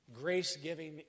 grace-giving